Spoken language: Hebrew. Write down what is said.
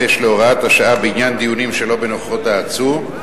להוראת השעה בעניין דיונים שלא בנוכחות העצור,